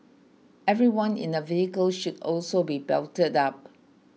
everyone in a vehicle should also be belted up